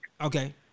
Okay